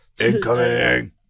Incoming